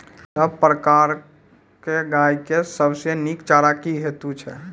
सब प्रकारक गाय के सबसे नीक चारा की हेतु छै?